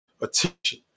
attention